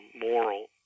moral